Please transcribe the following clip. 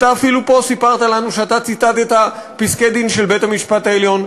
אפילו סיפרת לנו פה שציטטת פסקי-דין של בית-המשפט העליון,